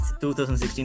2016